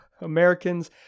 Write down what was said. Americans